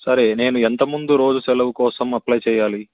సరే నేను ఎంతముందు రోజు సెలవు కోసం అప్లై చేయాలి